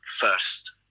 first